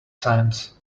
science